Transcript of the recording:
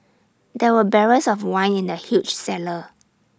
there were barrels of wine in the huge cellar